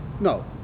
No